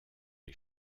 les